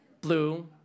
blue